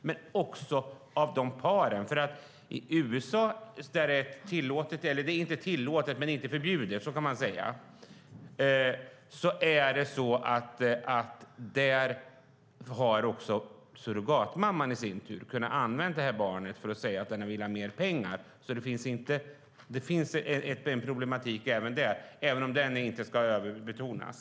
Men det handlar också om de här paren. I USA, där detta inte är förbjudet, har också surrogatmamman i sin tur kunnat använda barnet för att säga att hon vill ha mer pengar. Det finns alltså en problematik även med detta, även om den inte ska överbetonas.